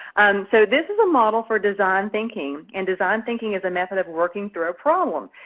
so this is a model for design thinking, and design thinking is a method of working through a problem.